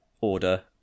order